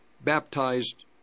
baptized